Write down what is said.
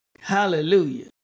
hallelujah